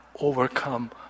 overcome